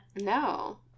No